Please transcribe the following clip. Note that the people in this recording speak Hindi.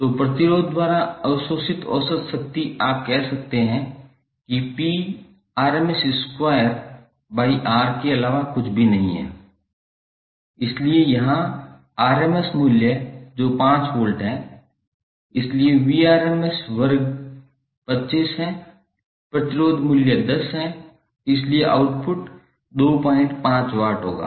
तो प्रतिरोध द्वारा अवशोषित औसत शक्ति आप कह सकते हैं कि P rms square by R के अलावा कुछ भी नहीं है इसलिए यहां आरएमएस मूल्य जो 5 वोल्ट है इसलिए Vrms वर्ग 25 है प्रतिरोध मूल्य 10 है इसलिए आउटपुट 25 वाट होगा